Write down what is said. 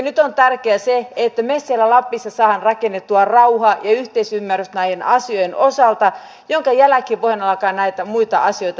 nyt on tärkeää se että me siellä lapissa saamme rakennettua rauhan ja yhteisymmärryksen näiden asioiden osalta minkä jälkeen voidaan alkaa näitä muita asioita tekemään